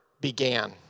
began